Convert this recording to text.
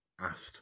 asked